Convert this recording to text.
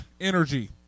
energy